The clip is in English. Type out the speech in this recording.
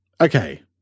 Okay